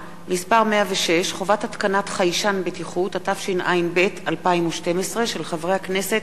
שעה 16:00 תוכן העניינים מסמכים שהונחו על שולחן הכנסת 4 מזכירת הכנסת